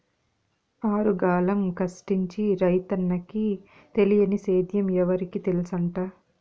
ఆరుగాలం కష్టించి రైతన్నకి తెలియని సేద్యం ఎవరికి తెల్సంట